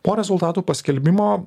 po rezultatų paskelbimo